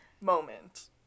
moment